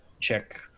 check